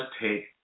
take